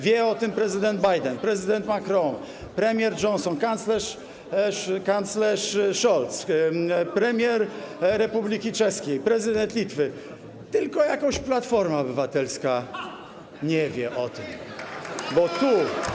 Wie o tym prezydent Biden, prezydent Macron, premier Johnson, kanclerz Scholz, premier Republiki Czeskiej, prezydent Litwy, tylko jakoś Platforma Obywatelska nie wie o tym, bo tu.